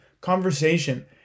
conversation